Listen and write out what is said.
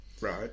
Right